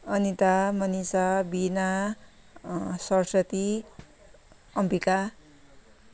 Anita Manisha Bina Saraswati Ambika